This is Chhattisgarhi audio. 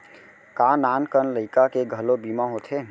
का नान कन लइका के घलो बीमा होथे?